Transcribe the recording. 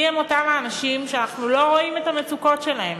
מי הם אותם האנשים שאנחנו לא רואים את המצוקות שלהם?